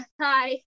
hi